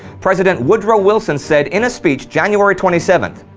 president woodrow wilson said in a speech january twenty seventh,